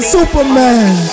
Superman